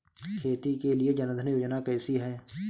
खेती के लिए जन धन योजना कैसी है?